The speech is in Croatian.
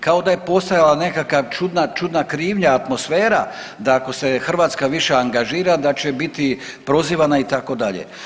Kao da je postojala neka čudna krivnja atmosfera, da ako se Hrvatska više angažira, da će biti prozivana itd.